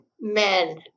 men